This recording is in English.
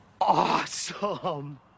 awesome